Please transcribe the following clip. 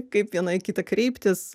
kaip viena į kitą kreiptis